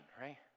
right